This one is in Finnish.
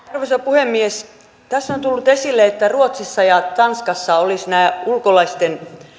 arvoisa puhemies tässä on tullut esille että ruotsissa ja tanskassa olisi ulkolaisten